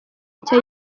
nshya